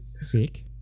sick